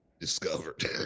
discovered